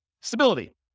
Stability